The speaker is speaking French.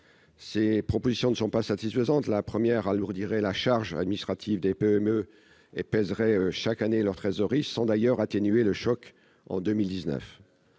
Ces propositions ne sont pas satisfaisantes. La première alourdirait la charge administrative des PME et pèserait chaque année sur leur trésorerie, sans d'ailleurs atténuer le choc en 2019.